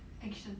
action